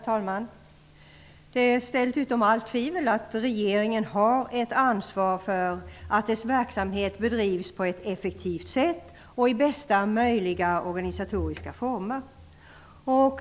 Herr talman! Det är ställt utom allt tvivel att regeringen har ett ansvar för att Finansinspektionens verksamhet bedrivs på ett effektivt sätt och i bästa möjliga organisatoriska former.